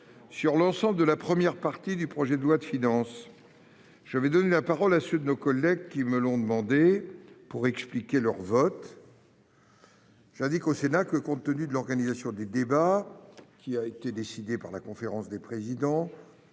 sur l'ensemble de la première partie du projet de loi de finances pour 2022, je vais donner la parole à ceux de nos collègues qui ont été inscrits par les groupes pour expliquer leur vote. J'indique au Sénat que, compte tenu de l'organisation du débat décidée par la conférence des présidents,